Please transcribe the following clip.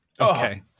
Okay